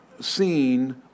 seen